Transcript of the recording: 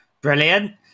Brilliant